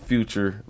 Future